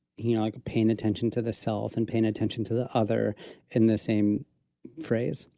you know, like paying attention to the self and paying attention to the other in the same phrase,